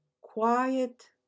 quiet